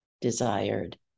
desired